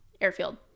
airfield